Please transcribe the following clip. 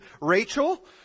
Rachel